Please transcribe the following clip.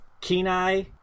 Kenai